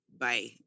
Bye